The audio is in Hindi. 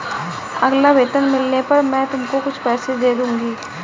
अगला वेतन मिलने पर मैं तुमको कुछ पैसे दे दूँगी